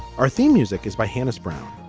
our theme music is by hannah's brown.